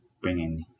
bringing